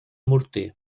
morter